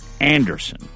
Anderson